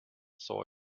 saw